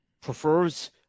prefers